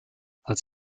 als